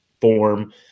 form